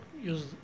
use